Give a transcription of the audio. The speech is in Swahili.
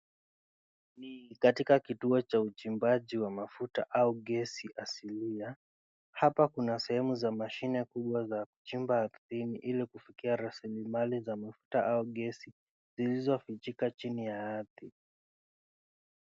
Katika kituo cha uchimbaji wa mafuta au gesi asilia. Hapa kuna sehemu za mashine kubwa za kuchimba ardhini ili kufikia rasilimali za mafuta au gesi zilizofichika chini ya ardhi.